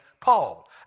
Paul